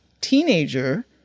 teenager